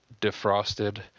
Defrosted